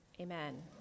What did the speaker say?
Amen